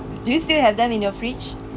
do you still have them in your fridge